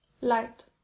Light